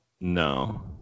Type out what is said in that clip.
No